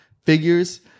figures